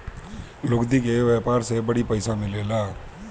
लुगदी के व्यापार से बड़ी पइसा मिलेला